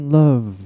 love